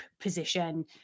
position